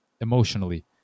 emotionally